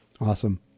Awesome